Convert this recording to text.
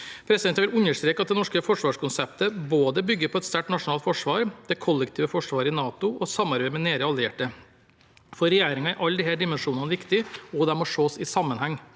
Jeg vil understreke at det norske forsvarskonseptet bygger på både et sterkt nasjonalt forsvar, det kollektive forsvaret i NATO og samarbeid med nære allierte. For regjeringen er alle disse dimensjonene viktige, og de må ses i sammenheng.